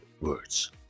words